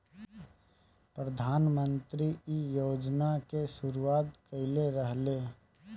प्रधानमंत्री इ योजना के शुरुआत कईले रलें